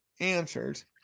answers